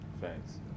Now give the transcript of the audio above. Thanks